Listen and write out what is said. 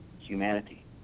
humanity